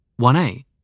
1A